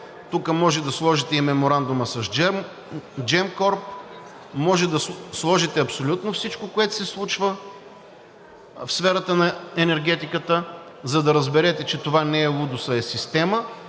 Тук може да сложите и меморандума с Gemcorp, може да сложите абсолютно всичко, което се случва в сферата на енергетиката, за да разберете, че това не е лудост, а е система.